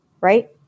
right